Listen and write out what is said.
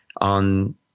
on